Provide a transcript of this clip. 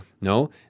No